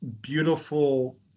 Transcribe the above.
beautiful